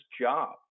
job